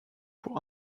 pour